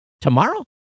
tomorrow